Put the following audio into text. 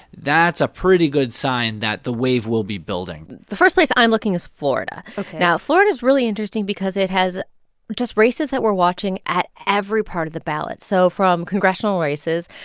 that's a pretty good sign that the wave will be building the first place i'm looking is florida ok now, florida is really interesting because it has just races that we're watching at every part of the ballot. so from congressional races,